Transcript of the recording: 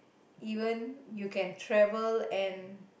even you can travel and